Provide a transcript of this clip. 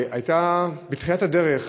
בתחילת הדרך,